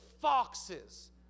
foxes